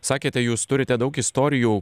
sakėte jūs turite daug istorijų